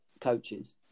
coaches